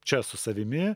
čia su savimi